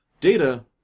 Data